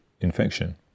infection